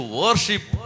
worship